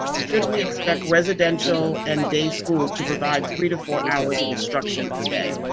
should we expect residential and day schools to provide three to four hours of instruction a day?